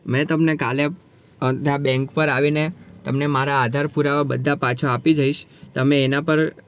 મેં તમને કાલે ત્યાં બેન્ક પર આવીને તમને મારા આધાર પુરાવા બધા પાછા આપી જઈશ તમે એના પર